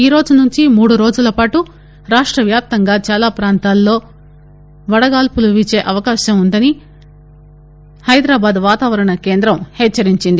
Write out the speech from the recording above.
ఈరోజునుంచి మూడ్రోజులపాటు రాష్టవ్యాప్తంగా దాలా ప్రాంతాల్లో వడగాల్సాలు వీచే అవకాశం ఉన్నదని హైదరాబాద్ వాతావరణ కేంద్రం హెచ్చరించింది